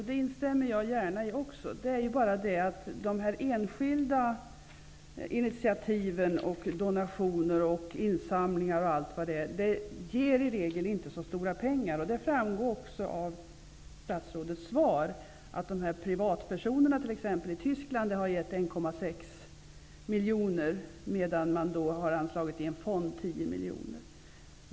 Herr talman! Jag instämmer gärna i det. De enskilda initiativen, donationerna och insamlingarna ger i regel inte så mycket pengar. Det framgår också av statsrådets svar. Insamlingar från privatpersoner i Tyskland har gett 1,6 miljoner dollar, och man har anslagit i en fond 10 miljoner.